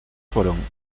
fueron